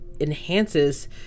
enhances